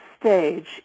stage